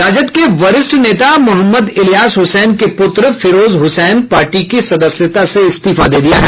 राजद के वरिष्ठ नेता मोहम्मद इलियास हुसैन के पुत्र फिरोज हुसैन ने पार्टी की सदस्यता से इस्तीफा दे दिया है